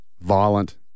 violent